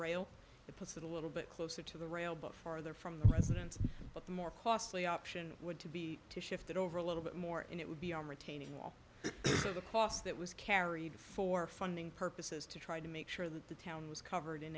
rail puts it a little bit closer to the rail but farther from the residence but the more costly option would to be to shift it over a little bit more and it would be on retaining wall for the cost that was carried for funding purposes to try to make sure that the town was covered in